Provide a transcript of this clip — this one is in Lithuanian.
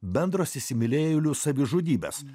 bendros įsimylėjėlių savižudybės